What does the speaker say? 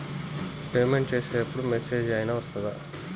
Payment చేసే అప్పుడు message ఏం ఐనా వస్తదా?